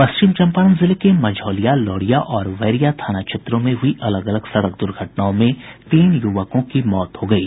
पश्चिम चम्पारण जिले के मंझौलिया लौरिया और बैरिया थाना क्षेत्रों में हुई अलग अलग सड़क दुघटनाओं में तीन युवकों की मौत हो गयी